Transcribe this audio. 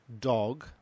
dog